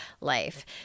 life